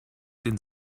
den